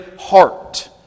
heart